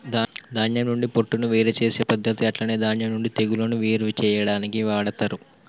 ధాన్యం నుండి పొట్టును వేరు చేసే పద్దతి అట్లనే ధాన్యం నుండి తెగులును వేరు చేయాడానికి వాడతరు